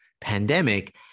pandemic